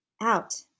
out